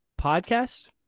podcast